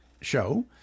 show